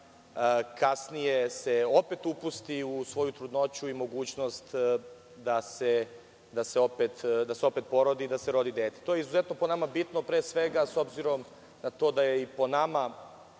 kasnije opet upusti u svoju trudnoću i mogućnost da se opet porodi i da se rodi dete. To je izuzetno po nama bitno s obzirom da je i po nama,